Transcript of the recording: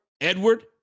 Edward